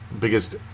Biggest